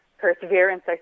perseverance